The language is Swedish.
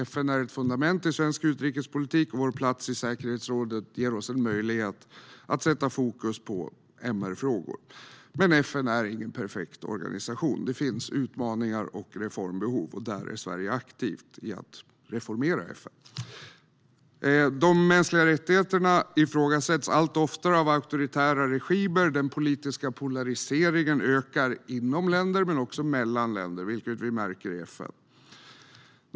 FN är ett fundament i svensk utrikespolitik, och vår plats i säkerhetsrådet ger oss en möjlighet att sätta fokus på MR-frågor. Men FN är ingen perfekt organisation. Det finns utmaningar och reformbehov, och Sverige är aktivt i att reformera FN. De mänskliga rättigheterna ifrågasätts allt oftare av auktoritära regimer. Den politiska polariseringen ökar både inom länder och mellan länder, vilket vi märker i FN.